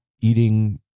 eating